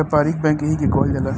व्यापारिक बैंक एही के कहल जाला